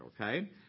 Okay